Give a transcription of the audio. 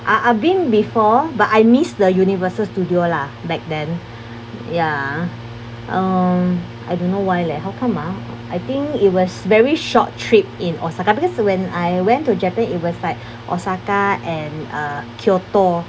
I I been before but I miss the universal studio lah back then ya um I don't know why leh how come ah I think it was very short trip in osaka because when I went to japan it was like osaka and uh kyoto